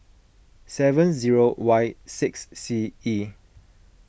seven zero Y six C E